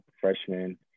freshman